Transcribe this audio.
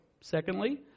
secondly